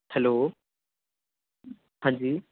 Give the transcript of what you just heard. hello ਹਾਂਜੀ